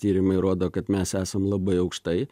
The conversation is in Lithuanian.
tyrimai rodo kad mes esam labai aukštai